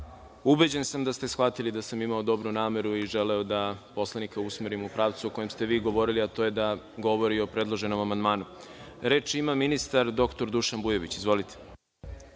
(Ne.)Ubeđen sam da ste shvatili da sam imao dobru nameru i želeo da poslanike usmerim u pravcu o kojem ste vi govorili, a to je da govori o predloženom amandmanu. Reč ima ministar Vujović. **Dušan Vujović** Predloženi